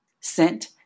sent